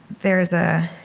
there's a